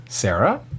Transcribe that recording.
Sarah